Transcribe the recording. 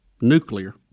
nuclear